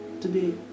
today